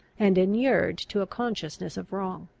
and inured to a consciousness of wrong.